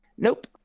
Nope